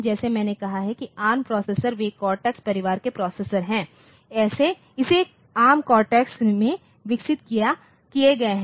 जैसे मैंने कहा कि एआरएम प्रोसेसर वे कोर्टेक्स परिवार के प्रोसेसर हैं और इसे एआरएम कोर्टेक्स में विकसित किए गए हैं